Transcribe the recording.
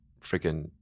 freaking